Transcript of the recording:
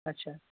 اچھا